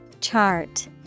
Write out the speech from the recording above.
Chart